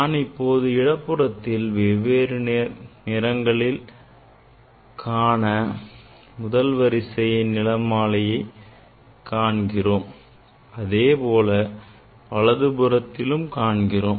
நான் இப்போது இடப்புறத்தில் வெவ்வேறு நிறங்களில் காண முதல் வரிசையில் நிறமாலையை காண்கிறோம் அதே போல வலது புறத்திலும் காண்கிறோம்